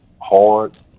hard